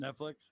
Netflix